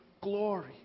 glory